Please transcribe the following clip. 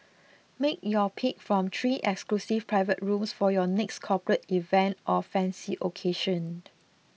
make your pick from three exclusive private rooms for your next corporate event or fancy occasion